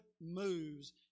moves